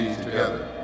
together